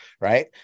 right